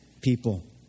people